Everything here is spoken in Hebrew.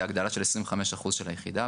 זה הגדלה של 25 אחוזים של היחידה,